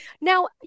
Now